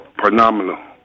phenomenal